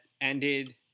ended